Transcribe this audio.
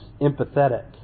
empathetic